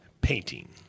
painting